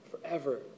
forever